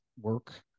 work